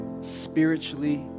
spiritually